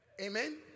Amen